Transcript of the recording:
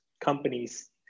companies